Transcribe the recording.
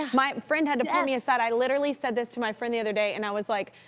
my friend had to pull me aside. i literally said this to my friend the other day. and i was like,